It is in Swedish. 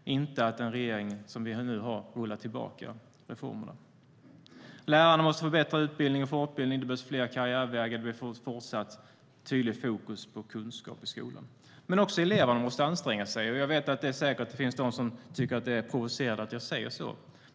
och inte att den regering som vi nu har rullar tillbaka reformerna. Lärarna måste få bättre utbildning och fortbildning. Det behövs fler karriärvägar och fortsatt tydlig fokus på kunskap i skolan. Men också eleverna måste anstränga sig. Det finns säkert de som tycker att det är provocerande att jag säger så.